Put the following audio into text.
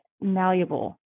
malleable